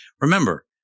remember